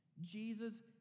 Jesus